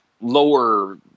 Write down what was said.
lower